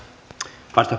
arvoisa